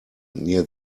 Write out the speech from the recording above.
near